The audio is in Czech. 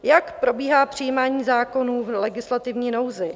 Jak probíhá přijímání zákonů v legislativní nouzi?